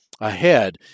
ahead